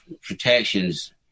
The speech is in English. protections